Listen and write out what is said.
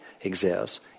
exists